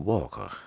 Walker